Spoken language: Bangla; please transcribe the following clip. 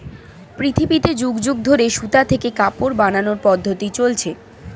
পৃথিবীতে যুগ যুগ ধরে সুতা থেকে কাপড় বানানোর পদ্ধতি চলছে